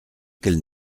qu’elle